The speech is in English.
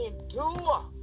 endure